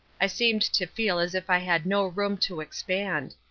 i seemed to feel as if i had no room to expand.